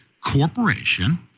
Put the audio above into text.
corporation